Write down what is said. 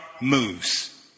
moves